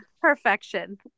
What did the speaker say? perfection